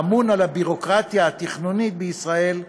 האמון על הביורוקרטיה התכנונית בישראל,